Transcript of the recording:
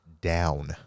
down